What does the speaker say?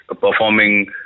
performing